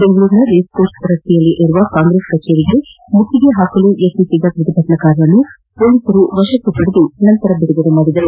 ಬೆಂಗಳೂರಿನ race course ರಸ್ತೆಯಲ್ಲಿರುವ Congress ಕಚೇರಿಗೆ ಮುತ್ತಿಗೆ ಹಾಕಲು ಯತ್ನಿಸಿದ ಪ್ರತಿಭಟನಾಕಾರರನ್ನು ಪೊಲೀಸರು ವಶಕ್ಷೆ ಪಡೆದು ನಂತರ ಬಿಡುಗಡೆ ಮಾಡಿದರು